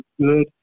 good